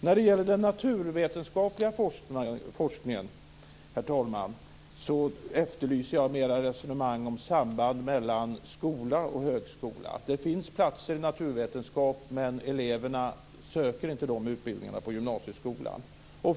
När det gäller den naturvetenskapliga forskningen, fru talman, efterlyser jag mer resonemang om samband mellan skola och högskola. Det finns platser i naturvetenskaplig utbildning, men eleverna söker inte dessa utbildningar i gymnasieskolan.